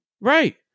Right